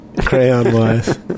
Crayon-wise